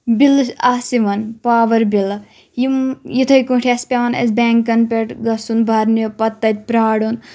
بِلہٕ آسہٕ یِوان پاوَر بِلہٕ یِم یِتھے کٲٹھۍ آسہٕ پؠوان اَسہِ بؠنٛکَن پؠٹھ گَژھُن بَرنہِ پَتہٕ تَتہِ پیارُن